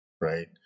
right